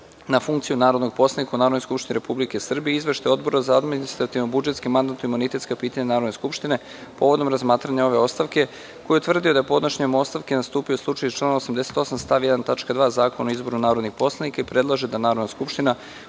na funkciju narodnog poslanika u Narodnoj skupštini Republike Srbije, Izveštaj Odbora za administrativno-budžetska i mandatno-imunitetska pitanja Narodne skupštine povodom razmatranja ove ostavke, koji je utvrdio da je podnošenjem ostavke nastupio slučaj iz člana 88. stav 1. tačka 2. Zakona o izboru narodnih poslanika i predlaže da Narodna skupština